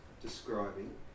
describing